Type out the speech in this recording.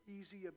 easy